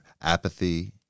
apathy